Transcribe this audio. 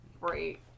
Great